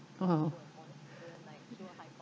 !wow!